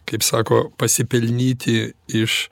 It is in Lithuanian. kaip sako pasipelnyti iš